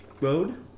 road